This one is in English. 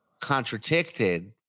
Contradicted